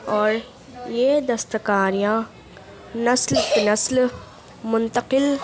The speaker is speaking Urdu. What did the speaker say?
اور یہ دستکاریاں نسل کی نسل منتقل